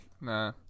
Nah